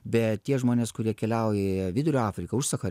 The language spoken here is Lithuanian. bet tie žmonės kurie keliauja į vidurio afriką užsacharį